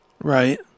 Right